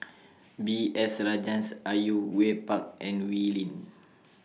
B S Rajhans Au Yue Pak and Wee Lin